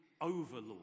Overlord